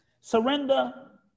Surrender